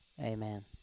Amen